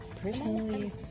personally